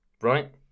Right